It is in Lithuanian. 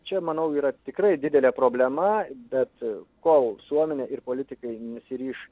tai čia manau yra tikrai didelė problema bet kol visuomenė ir politikai nesiryš